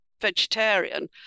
vegetarian